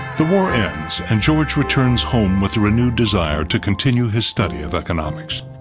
the war ends and george returns home with a renewed desire to continue his study of economics.